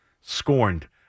Scorned